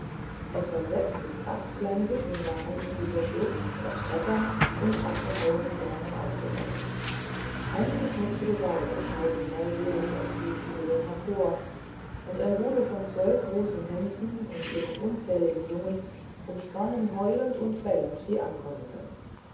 etwa sechs bis acht kleine hütten waren in dieser schlucht aus brettern und abgehauenen bäumen aufgebaut einige schmutzige weiber schauten neugierig aus diesen höhlen hervor und ein rudel von zwölf großen hunden und ihren unzähligen jungen umsprang heulend und bellend die angekommenen